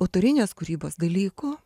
autorinės kūrybos dalykų